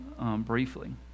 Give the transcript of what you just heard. briefly